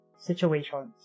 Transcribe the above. situations